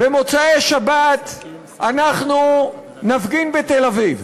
במוצאי שבת אנחנו נפגין בתל-אביב,